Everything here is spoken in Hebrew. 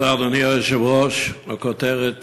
אדוני היושב-ראש, תודה, הכותרת